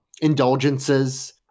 indulgences